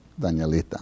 Danielita